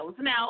Now